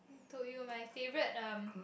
told you my favorite um